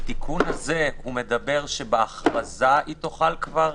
התיקון הזה מדבר שבהכרזה היא תוכל כבר